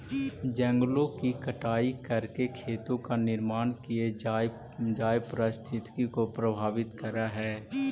जंगलों की कटाई करके खेतों का निर्माण किये जाए पारिस्थितिकी को प्रभावित करअ हई